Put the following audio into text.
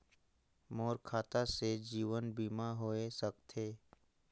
मोर खाता से जीवन बीमा होए सकथे?